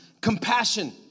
compassion